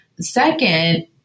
second